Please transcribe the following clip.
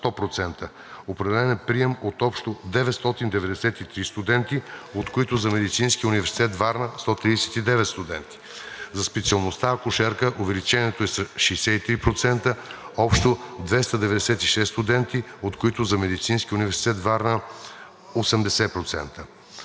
100%. Определен е прием от общо 993 студенти, от които за Медицинския университет – Варна, 139 студенти; за специалността „Акушерка“ увеличението е 63% – общо 296 студенти, от които за Медицинския университет – Варна, 80%.